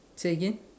say again